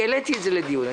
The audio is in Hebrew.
העליתי את זה לדיון,